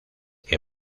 que